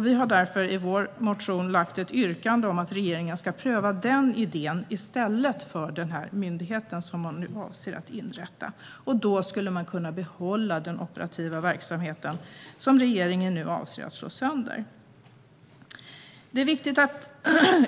Vi har därför i vår motion ett yrkande om att regeringen ska pröva den idén i stället för den myndighet som man nu avser att inrätta. Då skulle man kunna behålla den operativa verksamheten, som regeringen nu avser att slå sönder.